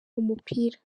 umupira